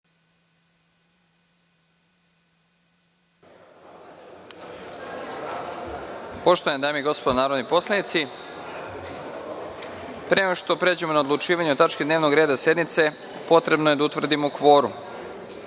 Poštovane dame i gospodo narodni poslanici, pre nego što pređemo na odlučivanje o tački dnevnog reda sednice, potrebno je da utvrdimo